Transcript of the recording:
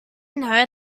know